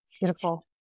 Beautiful